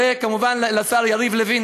וכמובן לשר יריב לוין,